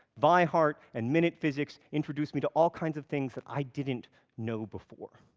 vi hart and minute physics introduced me to all kinds of things that i didn't know before.